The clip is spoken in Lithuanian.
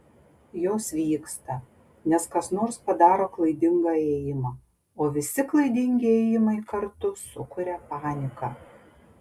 jos vyksta nes kas nors padaro klaidingą ėjimą o visi klaidingi ėjimai kartu sukuria paniką